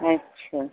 अच्छा